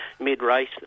mid-race